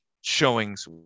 showings